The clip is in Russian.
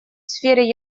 сфере